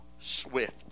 SWIFT